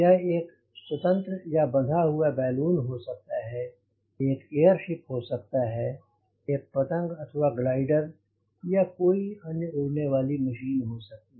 यह एक स्वतंत्र या बंधा हुआ बैलून हो सकता है एक एयर शिप हो सकता है एक पतंग अथवा ग्लाइडर या कोई अन्य उड़ने वाली मशीन हो सकती है